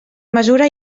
mesura